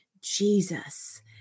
Jesus